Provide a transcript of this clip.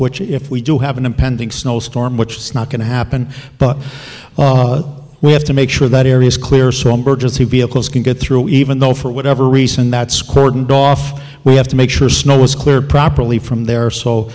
which if we do have an impending snowstorm which snot going to happen but we have to make sure that areas clear some bridges who vehicles can get through even though for whatever reason that scored off we have to make sure snow was clear properly from there so